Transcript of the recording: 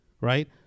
right